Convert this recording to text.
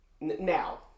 Now